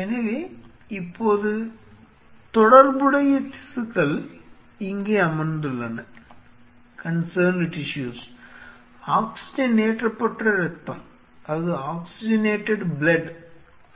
எனவே இப்போது தொடர்புடைய திசுக்கள் இங்கே அமர்ந்துள்ளன ஆக்ஸிஜனேற்றப்பட்ட இரத்தம்